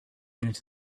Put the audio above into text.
into